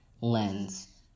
lens